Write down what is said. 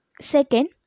Second